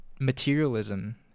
materialism